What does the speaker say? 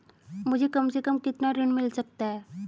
मुझे कम से कम कितना ऋण मिल सकता है?